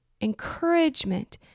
encouragement